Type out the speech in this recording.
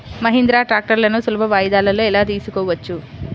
మహీంద్రా ట్రాక్టర్లను సులభ వాయిదాలలో ఎలా తీసుకోవచ్చు?